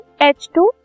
H2